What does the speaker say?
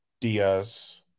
Diaz